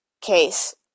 case